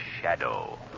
shadow